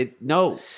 No